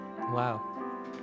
Wow